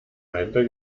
dahinter